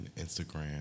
Instagram